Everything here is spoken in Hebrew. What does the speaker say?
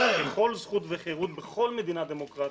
ככל זכות וחירות בכל מדינה דמוקרטית,